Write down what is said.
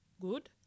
good